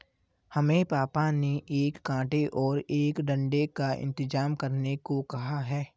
हमें पापा ने एक कांटे और एक डंडे का इंतजाम करने को कहा है